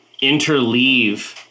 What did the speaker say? interleave